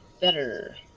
Better